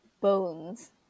bones